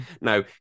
No